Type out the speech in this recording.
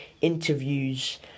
interviews